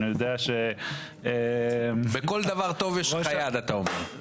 אני יודע ש -- בכל דבר טוב יש לך יד אתה אומר.